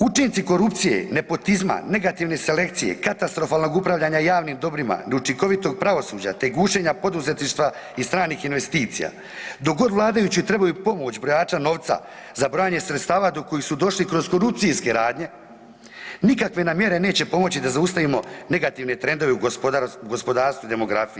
Učinci korupcije, nepotizma, negativne selekcije, katastrofalnog upravljanja javnim dobrima, neučinkovitog pravosuđa te gušenja poduzetništva i stranih investicija, dok god vladajući trebaju pomoć brojača novca za brojanje sredstava do kojih su došli kroz korupcijske radnje, nikakve nam mjere neće pomoći da zaustavimo negativne trendove u gospodarstvu i demografiji.